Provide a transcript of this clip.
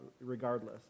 regardless